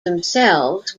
themselves